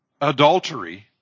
adultery